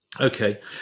Okay